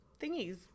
thingies